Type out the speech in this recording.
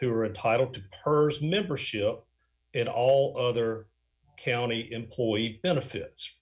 who are a title to purse membership and all other county employee benefits